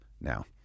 now